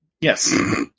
Yes